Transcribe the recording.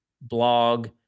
blog